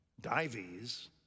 Dives